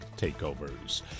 takeovers